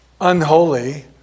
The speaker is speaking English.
Unholy